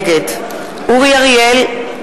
נגד אורי אריאל,